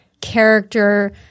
character